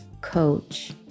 coach